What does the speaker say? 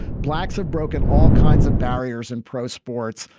blacks have broken all kinds of barriers in pro sports,